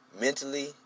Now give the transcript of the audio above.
mentally